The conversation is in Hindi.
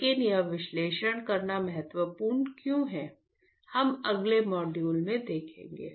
लेकिन यह विश्लेषण करना महत्वपूर्ण क्यों है हम अगले मॉड्यूल में देखेंगे